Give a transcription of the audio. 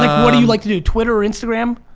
like what do you like to do? twitter, instagram?